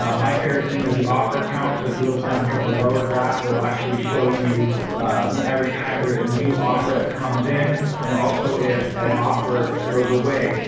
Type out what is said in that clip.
um my favorite thing is the offer count so if you look down here at the lower graph, it will actually show you every time there is a new offer that comes in and also if an offer goes away.